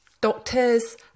doctors